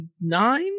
nine